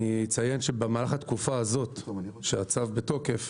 אני אציין שבמהלך התקופה הזאת שהצו בתוקף,